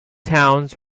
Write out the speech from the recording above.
towns